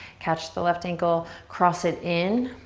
catch the left ankle, cross it in.